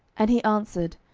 and he answered,